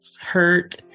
hurt